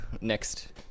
next